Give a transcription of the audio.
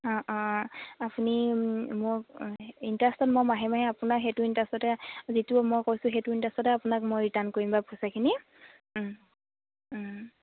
অঁ অঁ আপুনি মোৰ ইণ্টাৰেষ্টত মই মাহে মাহে আপোনাক সেইটো ইণ্টাৰেষ্টতে যিটো মই কৈছোঁ সেইটো ইণ্টাৰেষ্টতে আপোনাক মই ৰিটাৰ্ণ কৰিম বাৰু পইচাখিনি